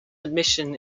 admission